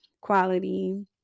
quality